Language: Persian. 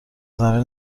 زمین